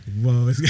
Whoa